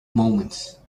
moments